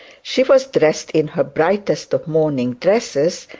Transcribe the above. she was dressed in her brightest of morning dresses,